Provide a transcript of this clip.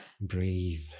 breathe